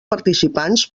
participants